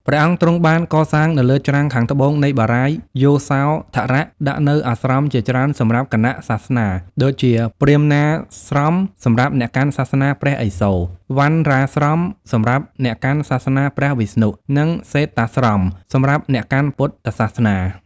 ព្រះអង្គទ្រង់បានកសាងនៅលើច្រាំងខាងត្បូងនៃ បារាយណ៍យសោធរដាក់នូវអាស្រមជាច្រើនសម្រាប់គណៈសាសនា ដូចជា ព្រាហ្មណាស្រមសម្រាប់អ្នកកាន់សាសនាព្រះឥសូរ វណ្ណរាស្រមសម្រាប់អ្នកកាន់ សាសនាព្រះវិស្ណុ និងសេគតាស្រម សម្រាប់អ្នកកាន់ពុទ្ធសាសនា ។